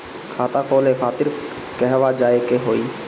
खाता खोले खातिर कहवा जाए के होइ?